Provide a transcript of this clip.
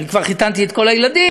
כבר חיתנתי את כל הילדים,